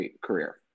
career